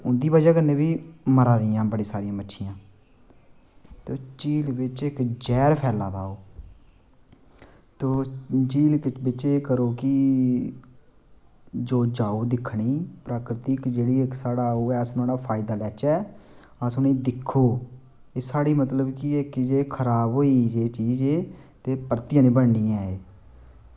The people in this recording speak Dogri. इं'दी बजह कन्नै बी मरा दियां बड़ी सारी मच्छियां ते झील बिच इक्क जैह्र फैला दा ओह् ते झील बिच एह् करो की ते जाओ दिक्खने गी ते शाढ़ी प्राकृति दा फायदा लैचे अस उनेंगी दिक्खो ते साढ़ी मतलब इक्ख खराब होई चीज़ ते परतियै निं बननी ऐ एह्